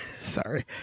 Sorry